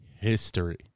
history